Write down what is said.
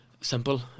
Simple